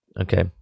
Okay